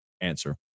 answer